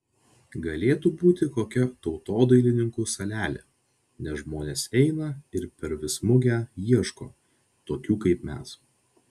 galėtų būti kokia tautodailininkų salelė nes žmonės eina ir per vis mugę ieško tokių kaip mes